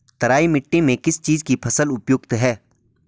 तराई मिट्टी में किस चीज़ की फसल उपयुक्त है?